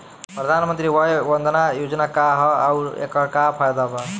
प्रधानमंत्री वय वन्दना योजना का ह आउर एकर का फायदा बा?